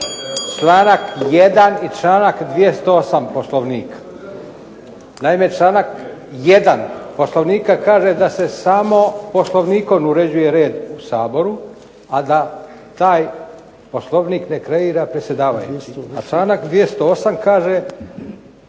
članak 1. i članak 208. Poslovnika. Naime, članak 1. Poslovnika kaže da se samo Poslovnikom uređuje red u Saboru, a da taj Poslovnik ne kreira predsjedavajući. A članak 208. kaže